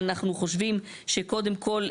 אנחנו חושבים שקודם כל,